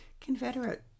Confederate